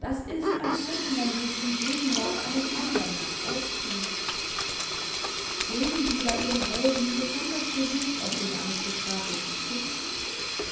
das ist als sollte man sich in gegenwart eines andern nackt ausziehen legen sie bei ihrem helden besonders gewicht auf den aristokratischen tick